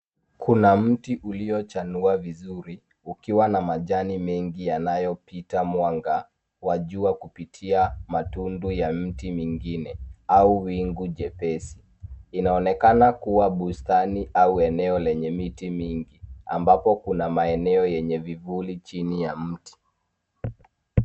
Kuna mti uliochanua vizuri, ukiwa na majani mengi yanayopita mwanga wa jua kupitia matundu ya mti mingine au wingu jepesi. Inaonekana kuwa bustani au eneo lenye miti mingi ambapo kuna maeneo ya vivuli chini ya mti.